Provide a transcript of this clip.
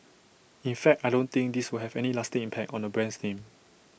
in fact I don't think this will have any lasting impact on the brand name